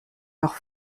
leurs